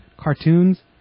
cartoons